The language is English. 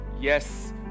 Yes